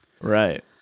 Right